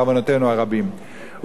בעוונותינו הרבים.